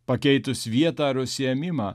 pakeitus vietą ar užsiėmimą